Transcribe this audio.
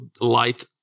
light